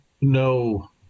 no